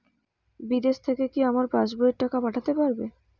বিদেশ থেকে কি আমার পাশবইয়ে টাকা পাঠাতে পারবে?